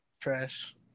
Trash